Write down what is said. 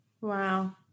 Wow